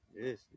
yes